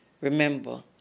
remember